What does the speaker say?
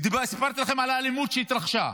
סיפרתי לכם על האלימות שהתרחשה.